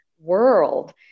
world